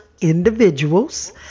individuals